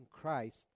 Christ